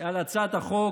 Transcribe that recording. על הצעת החוק.